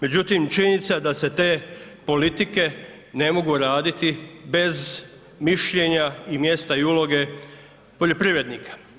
Međutim, činjenica je da se te politike ne mogu raditi bez mišljenja i mjesta i uloge poljoprivrednika.